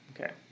okay